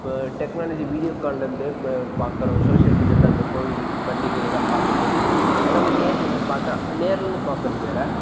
இப்போ technology video கால்லேருந்து ப பார்க்கறோம் சோஷியல் மீடியாவில் இந்த கோவில் பண்டிகை எல்லாம் பார்க்கும் போது நம்ம நேரில் இருந்து பார்த்தா நேரில் இருந்து பார்க்கறது வேறு